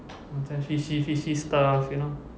macam fishy fishy stuff you know